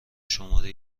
شماره